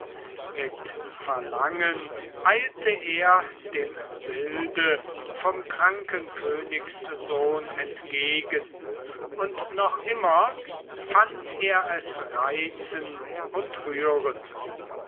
mit verlangen eilte er dem bilde vom kranken königssohn entgegen und noch immer fand er es reizend und rührend